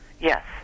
Yes